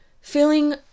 feeling